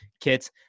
kits